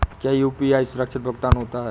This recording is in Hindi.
क्या यू.पी.आई सुरक्षित भुगतान होता है?